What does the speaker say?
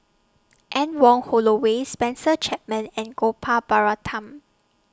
Anne Wong Holloway Spencer Chapman and Gopal Baratham